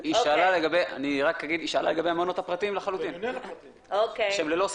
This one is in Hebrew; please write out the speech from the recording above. היא שאלה לגבי המעונות הפרטיים לחלוטין שהם ללא סמל,